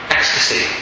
Ecstasy